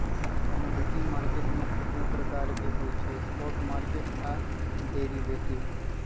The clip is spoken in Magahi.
कमोडिटी मार्केट मुख्य दु प्रकार के होइ छइ स्पॉट मार्केट आऽ डेरिवेटिव